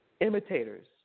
Imitators